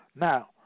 Now